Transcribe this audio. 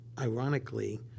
ironically